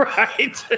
right